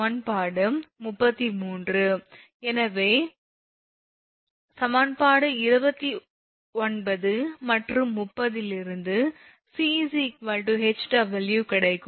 இப்போது சமன்பாடு 29 மற்றும் 30 இலிருந்து 𝑐 𝐻𝑊 கிடைக்கும்